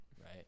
right